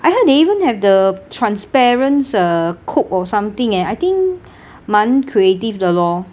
I heard they even have the transparenc~ uh coke or something eh I think 蛮 creative 的 lor